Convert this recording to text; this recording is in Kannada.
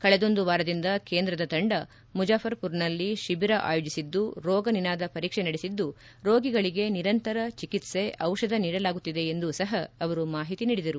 ಕಳೆದೊಂದು ವಾರದಿಂದ ಕೇಂದ್ರದ ತಂಡ ಮುಜಾಫರ್ಮರ್ನಲ್ಲಿ ಶಿಬಿರ ಆಯೋಜಿಸಿದ್ಲು ರೋಗ ನಿನಾದ ಪರೀಕ್ಷೆ ನಡೆಸಿದ್ದು ರೋಗಿಗಳಿಗೆ ನಿರಂತರ ಚಿಕಿತ್ಸೆ ಔಷಧ ನೀಡಲಾಗುತ್ತಿದೆ ಎಂದೂ ಸಪ ಅವರು ಮಾಹಿತಿ ನೀಡಿದರು